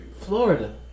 Florida